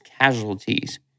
casualties